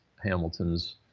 Hamilton's